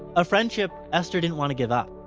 a friendship esther didn't want to give up.